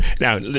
Now